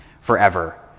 forever